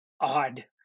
odd